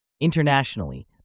Internationally